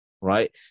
right